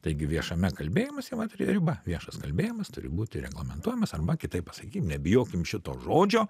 taigi viešame kalbėjime čia vat riba viešas kalbėjimas turi būti reglamentuojamas arba kitaip pasakykim nebijokim šito žodžio